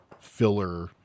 filler